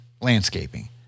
Landscaping